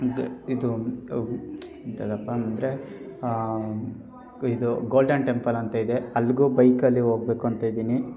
ಇದು ಎಂತದಪ್ಪ ಅಂದರೆ ಇದು ಗೋಲ್ಡನ್ ಟೆಂಪಲ್ ಅಂತ ಇದೆ ಅಲ್ಲಿಗೂ ಬೈಕಲ್ಲಿ ಹೋಗ್ಬೇಕು ಅಂತ ಇದ್ದೀನಿ